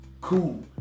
Cool